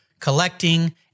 collecting